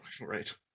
right